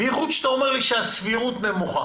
במיוחד שאתה אומר לי שהסבירות נמוכה